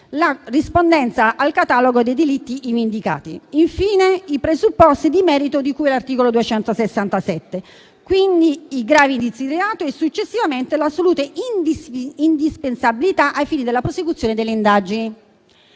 la rispondenza al catalogo dei delitti ivi indicati; infine, i presupposti di merito di cui all'articolo 267, quindi i gravi indizi di reato e, successivamente, l'assoluta indispensabilità ai fini della prosecuzione delle indagini.